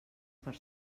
per